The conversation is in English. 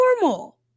normal